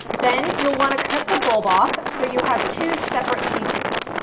then you'll want to cut the bulb off, so you have two separate pieces.